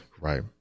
Right